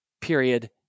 period